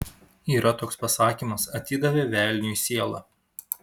yra toks pasakymas atidavė velniui sielą